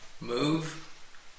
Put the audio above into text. move